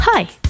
Hi